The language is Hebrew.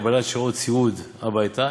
קבלת שעות סיעוד הביתה,